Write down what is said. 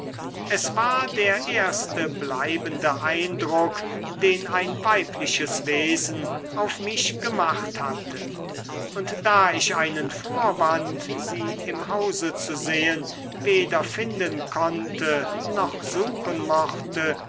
es war der erste bleibende eindruck den ein weibliches wesen auf mich gemacht hatte und da ich einen vorwand sie im hause zu sehen weder finden konnte noch suchen mochte